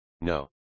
No